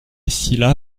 silla